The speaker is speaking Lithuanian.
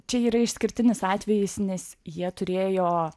čia yra išskirtinis atvejis nes jie turėjo